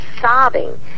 sobbing